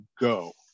go